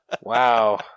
Wow